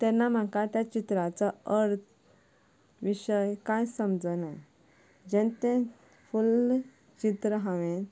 तेन्ना म्हाका त्या चित्राचो अर्थ विशय कांयच समजना जेन्ना तें फुल्ल चित्र हांवें